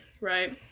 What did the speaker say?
right